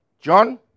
John